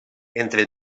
entre